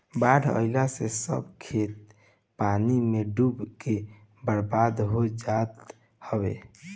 बाढ़ आइला से सब खेत पानी में डूब के बर्बाद हो जात हवे